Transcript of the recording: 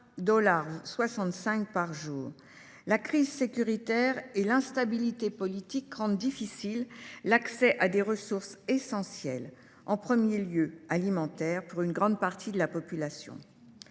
3,65 dollars par jour. La crise sécuritaire et l’instabilité politique rendent difficile l’accès aux ressources essentielles, en premier lieu alimentaires, pour une grande partie de la population.